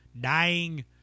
dying